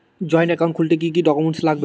Joint account খুলতে কি কি ডকুমেন্টস লাগবে?